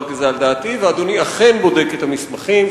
כזה על דעתי ואדוני אכן בודק את המסמכים,